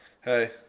hey